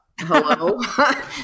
Hello